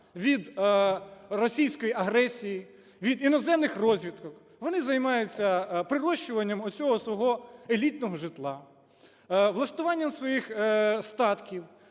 від російської агресії, від іноземних розвідок. Вони займаються прирощуванням оцього свого елітного житла, влаштуванням своїх статків